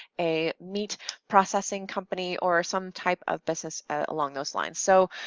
a meat processing company, or some type of business along those lines. so,